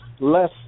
less